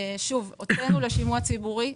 הוצאנו לשימוע ציבורי.